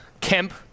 Kemp